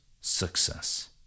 success